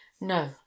No